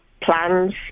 plans